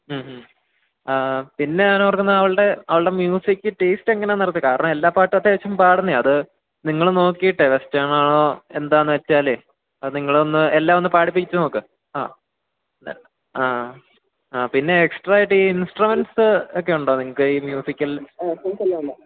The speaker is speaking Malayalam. മ് മ് ആ പിന്നെ ഞാൻ ഓർക്കുന്നത് അവളുടെ അവളുടെ മ്യൂസിക് ടേസ്റ്റ് എങ്ങനെയാണെന്ന് അറിയത്തില്ല കാരണം എല്ലാ പാട്ടും അത്യാവിശ്യം പാടുന്നതു തന്നെയാണ് അത് നിങ്ങൾ നോക്കിയിട്ട് വെസ്റ്റേൺ ആണോ എന്താണെന്നു വെച്ചാൽ അത് നിങ്ങളൊന്ന് എല്ലാം ഒന്ന് പാടിപ്പിച്ച് നോക്ക് ആ ആ പിന്നെ എക്സ്ട്രാ ആയിട്ട് ഈ ഇൻസ്ട്രുമെൻ്റ്സ് ഒക്കെ ഉണ്ടോ നിങ്ങൾക്ക് ഈ മ്യൂസിക്കൽ